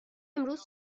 امروز